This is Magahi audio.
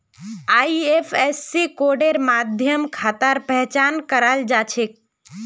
आई.एफ.एस.सी कोडेर माध्यम खातार पहचान कराल जा छेक